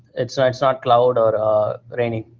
it's and it's not cloud or rainy.